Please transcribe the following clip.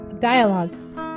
Dialogue